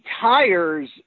tires